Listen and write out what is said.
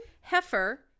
Heifer